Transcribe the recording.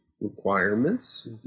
requirements